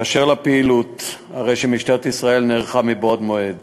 באשר לפעילות, הרי שמשטרת ישראל נערכה מבעוד מועד